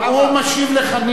הוא משיב לך.